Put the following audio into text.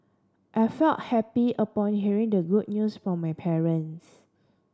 I felt happy upon hearing the good news from my parents